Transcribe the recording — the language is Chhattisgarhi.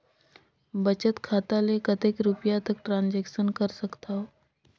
बचत खाता ले कतेक रुपिया तक ट्रांजेक्शन कर सकथव?